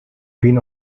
been